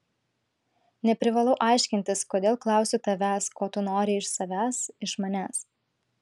neprivalau aiškintis kodėl klausiu tavęs ko tu nori iš savęs iš manęs